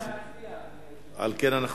אנחנו,